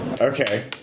Okay